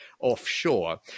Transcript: offshore